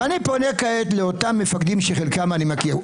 ואני פונה כעת לאותם מפקדים שאת חלקם אני מכיר.